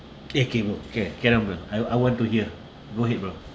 eh cable care care number I I want to hear go ahead bro